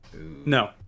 No